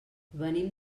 venim